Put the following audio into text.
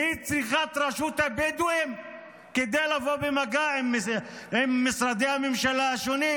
והיא צריכה את רשות הבדואים כדי לבוא במגע עם משרדי הממשלה השונים?